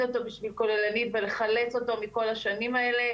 אותו בשביל כוללנית וחלץ אותו מכל השנים האלה.